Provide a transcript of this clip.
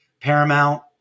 Paramount